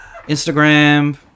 Instagram